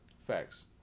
Facts